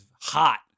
hot